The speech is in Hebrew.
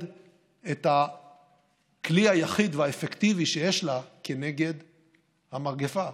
את הכלי היחיד האפקטיבי שיש לה כנגד המגפה,